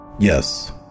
Yes